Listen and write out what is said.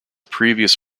previous